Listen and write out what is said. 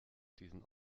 diesen